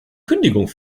kündigung